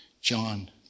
John